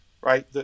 right